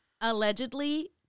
allegedly